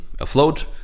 afloat